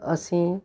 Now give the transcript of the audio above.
ਅਸੀਂ